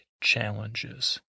challenges